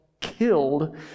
killed